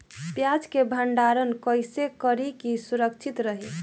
प्याज के भंडारण कइसे करी की सुरक्षित रही?